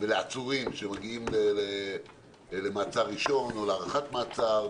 שמגיעים למעצר ראשון, או להארכת מעצר.